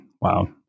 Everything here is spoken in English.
Wow